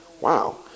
Wow